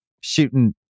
Shooting